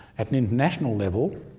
at an international level,